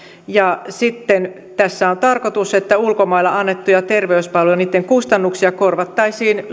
sitten tässä on tarkoitus että ulkomailla annettujen terveyspalvelujen kustannuksia korvattaisiin